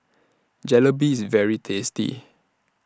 Jalebi IS very tasty